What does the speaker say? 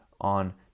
on